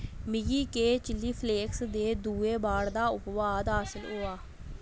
मिगी केह् चिली फ्लेक्स दे दुए वार्ड दा उपबाद हासल होआ